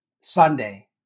Sunday